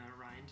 rind